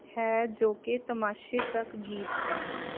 ਹੈ ਜੋ ਕਿ ਤਮਾਸ਼ੇ ਤੱਕ ਗੀਤ ਹੈ